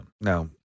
No